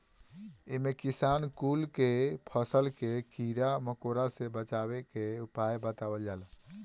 इमे किसान कुल के फसल के कीड़ा मकोड़ा से बचावे के उपाय बतावल जाला